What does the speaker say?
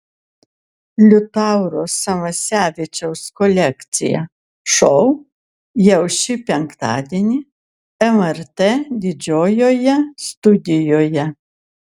liutauro salasevičiaus kolekcija šou jau šį penktadienį lrt didžiojoje studijoje